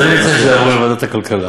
אז אני מציע שזה יעבור לוועדת הכלכלה.